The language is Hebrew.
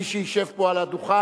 מי שישב פה על הדוכן,